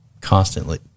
constantly